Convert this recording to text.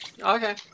Okay